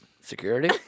Security